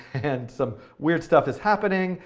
and some weird stuff is happening,